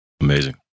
Amazing